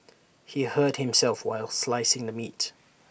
he hurt himself while slicing the meat